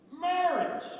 marriage